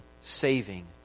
saving